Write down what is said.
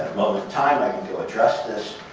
time i can go address this.